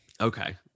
Okay